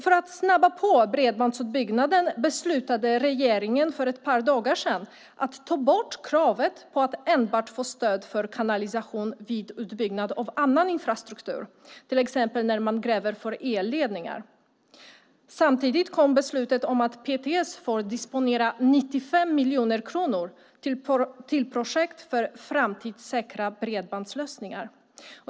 För att snabba på bredbandsutbyggnaden, beslutade regeringen för ett par dagar sedan att ta bort kravet att man enbart får stöd för kanalisation vid utbyggnad av annan infrastruktur, till exempel när man gräver för elledningar. Samtidigt kom beslutet att PTS får disponera 95 miljoner kronor till projekt för framtidssäkra bredbandslösningar.